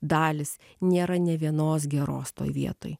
dalys nėra nė vienos geros toj vietoj